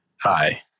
Hi